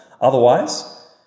Otherwise